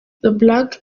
black